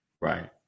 Right